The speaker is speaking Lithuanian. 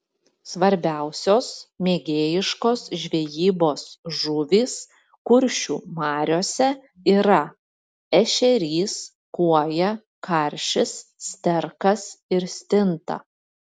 svarbiausios mėgėjiškos žvejybos žuvys kuršių mariose yra ešerys kuoja karšis sterkas ir stinta